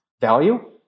value